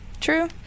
True